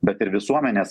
bet ir visuomenės